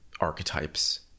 archetypes